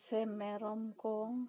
ᱥᱮ ᱢᱮᱨᱚᱢ ᱠᱚ